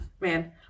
man